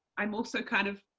i'm also kind of,